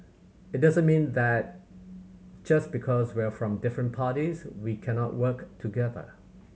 it doesn't mean that just because we're from different parties we cannot work together